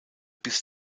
bis